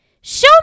Show